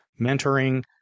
mentoring